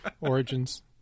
origins